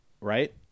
right